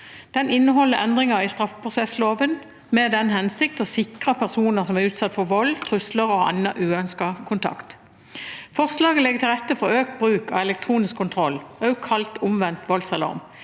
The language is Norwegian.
Den inneholder endringer i straffeprosessloven med den hensikt å sikre personer som er utsatt for vold, trusler og annen uønsket kontakt. Forslaget legger til rette for økt bruk av elektronisk kontroll, også kalt omvendt voldsalarm,